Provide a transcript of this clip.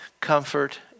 comfort